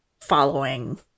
following